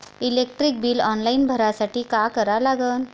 Electric bill online भरासाठी का करा लागन?